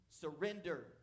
surrender